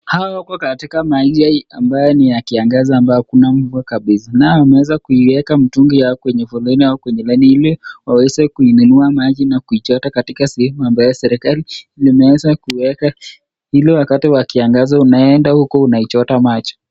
Hao wako katika maeneo ambayo ni ya kiangazi ambayo hakuna mvua kabisa nao wameweza kuiweka mtungi yao kwenye foleni au laini ili waweze kuinunua maji na kuichota katika sehemu ambayo serekali imeweza kuweka ili wakati wa kiangazi unaenda uko unaichota maji.